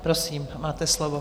Prosím, máte slovo.